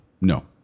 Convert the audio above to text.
No